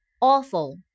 Awful